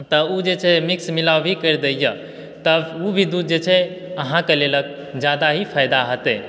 तऽ ओ जे छै मिक्स मिला भी कए दै यऽ तऽ ओ भी दूध जे छै अहाँके लेलक ज़ादा ही फ़ायदा हेतै